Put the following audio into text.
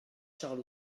charles